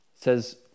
says